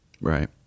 Right